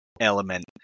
element